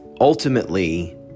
ultimately